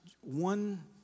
one